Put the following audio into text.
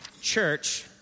church